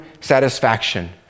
satisfaction